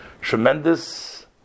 tremendous